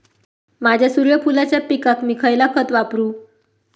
माझ्या सूर्यफुलाच्या पिकाक मी खयला खत वापरू?